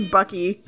Bucky